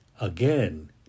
Again